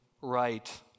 right